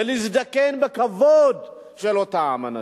ב"להזדקן בכבוד" של אותם אנשים.